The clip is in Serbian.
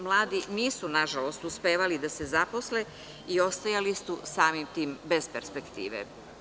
Mladi nisu na žalost uspevali da se zaposle i ostajali su samim tim bez perspektive.